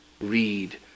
Read